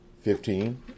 Fifteen